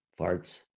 farts